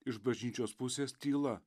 iš bažnyčios pusės tyla